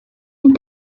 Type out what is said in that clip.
and